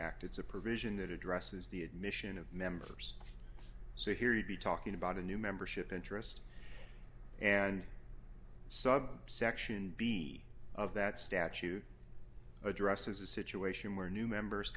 provision that addresses the admission of members so here you'd be talking about a new membership interest and sub section b of that statute addresses a situation where new member